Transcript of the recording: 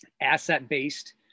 asset-based